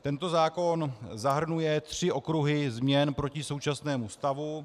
Tento zákon zahrnuje tři okruhy změn proti současnému stavu.